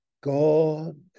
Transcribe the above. god